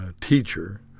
teacher